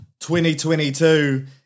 2022